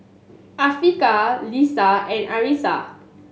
Afiqah Lisa and Arissa